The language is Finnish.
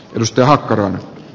ylistö makkaroina